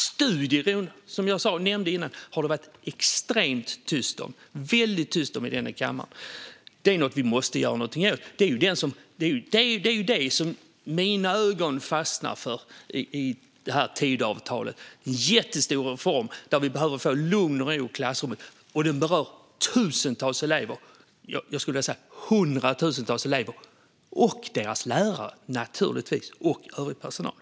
Studiero, som jag nämnde innan, har det varit extremt tyst om i denna kammare. Det är någonting som vi måste göra något åt. Det är vad mina ögon fastnar på i Tidöavtalet - en jättestor reform som ger lugn och ro i klassrummet, något som berör hundratusentals elever och naturligtvis deras lärare och övrig personal.